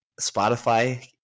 spotify